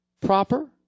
proper